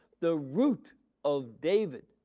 the root of david,